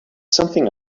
something